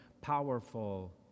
powerful